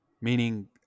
Meaning